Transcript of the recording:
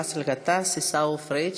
באסל גטאס, עיסאווי פריג',